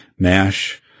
mash